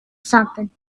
something